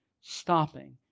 stopping